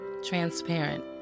transparent